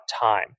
time